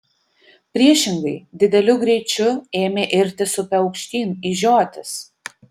priešingai dideliu greičiu ėmė irtis upe aukštyn į žiotis